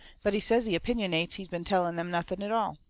but he says he opinionates he been telling them nothing at all.